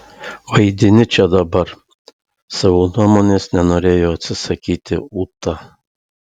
vaidini čia dabar savo nuomonės nenorėjo atsisakyti ūta